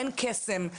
אין קסם,